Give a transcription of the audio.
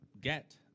get